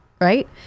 right